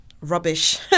Rubbish